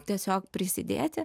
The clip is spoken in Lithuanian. tiesiog prisidėti